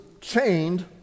chained